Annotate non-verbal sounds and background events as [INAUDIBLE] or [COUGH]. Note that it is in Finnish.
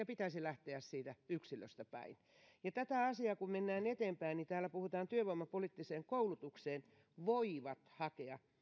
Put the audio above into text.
[UNINTELLIGIBLE] pitäisi lähteä siitä yksilöstä päin tätä asiaa kun mennään eteenpäin niin täällä puhutaan työvoimapoliittiseen koulutukseen voivat hakea